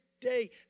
day